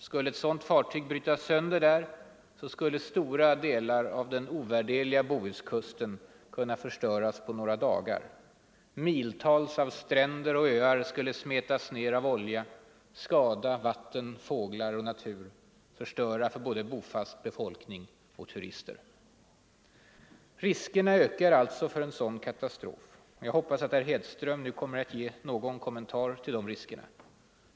Skulle ett sådant fartyg brytas sönder där skulle stora delar av den ovärderliga Bohuskusten kunna förstöras på några dagar. Miltals av stränder och öar skulle smetas ner av olja, skada vatten, fåglar och natur, förstöra för både bofast befolkning och turister. Riskerna ökar alltså för en sådan katastrof. Jag hoppas att herr Hedström nu kommer att ge någon kommentar till dessa risker.